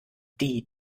die